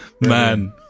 Man